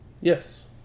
Yes